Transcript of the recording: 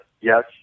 yes